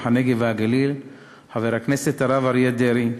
הנגב והגליל חבר הכנסת הרב אריה דרעי,